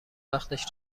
وقتش